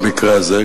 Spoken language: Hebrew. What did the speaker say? במקרה הזה,